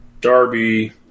Darby